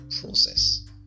process